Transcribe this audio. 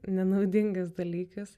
nenaudingas dalykas